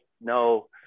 no